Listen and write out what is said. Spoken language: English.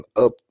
up